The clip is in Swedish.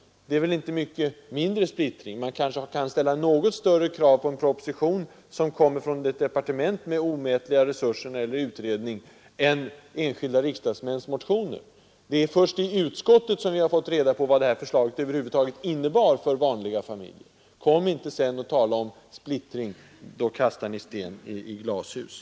Det innebär väl inte att splittringen är så mycket mindre hos er, och man bör kanske kunna ställa något större krav på en proposition som kommer från ett departement med stora utredningsresurser än på enskilda riksdagsmäns motioner. Det är först i utskottet som vi fått reda på vad detta förslag över huvud taget innebär för vanliga familjer. Kom sedan inte och tala om splittring — då kastar ni sten i glashus!